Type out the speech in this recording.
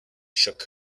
shook